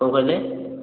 କ'ଣ କହିଲେ